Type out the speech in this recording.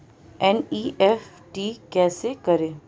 NEFT कैसे करें?